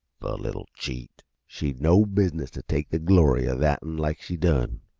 the little cheat, she'd no business t' take the glory ah that'n like she done.